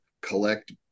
collect